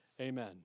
amen